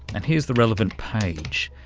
and here's the relevant page,